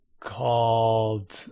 Called